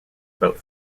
about